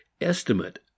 estimate